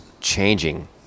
changing